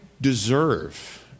deserve